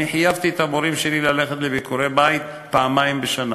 אני חייבתי את המורים שלי ללכת לביקורי-בית פעמיים בשנה,